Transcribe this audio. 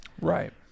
Right